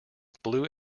blue